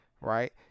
right